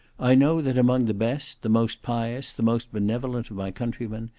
i know that among the best, the most pious, the most benevolent of my countrymen,